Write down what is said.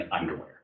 underwear